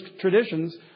traditions